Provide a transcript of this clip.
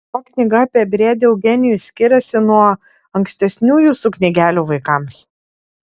kuo knyga apie briedį eugenijų skiriasi nuo ankstesnių jūsų knygelių vaikams